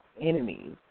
enemies